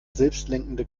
selbstlenkende